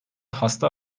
hasta